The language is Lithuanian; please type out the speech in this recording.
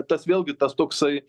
tas vėlgi tas toksai